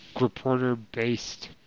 reporter-based